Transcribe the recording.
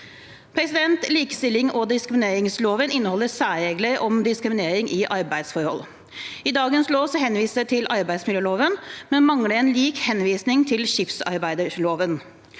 Likestillings- og diskrimineringsloven inneholder særregler om diskriminering i arbeidsforhold. I dagens lov henvises det til arbeidsmiljøloven, men det mangler en lik henvisning til skipsarbeidsloven.